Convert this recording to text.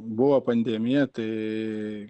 buvo pandemija tai